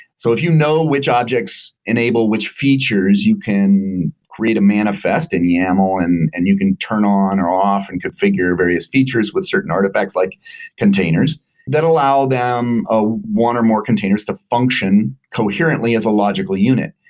so if you know which objects enable which features, you can create a manifest in yaml and and you can turn on or off and configure various features with certain artifacts like containers that allow them ah one or more containers to function coherently as a logical unit.